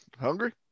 Hungry